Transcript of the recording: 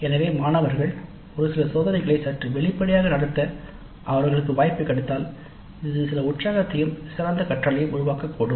எனவே மாணவர்கள் ஒரு சில சோதனைகளை சற்று வெளிப்படையாக நடத்த அவர்களுக்கு வாய்ப்பு கிடைத்தால் இது சில உற்சாகத்தையும் சிறந்த கற்றலையும் உருவாக்கக்கூடும்